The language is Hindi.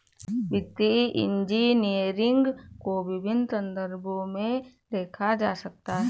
वित्तीय इंजीनियरिंग को विभिन्न संदर्भों में देखा जा सकता है